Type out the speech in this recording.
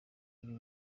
ibi